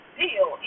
deal